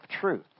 truth